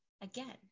again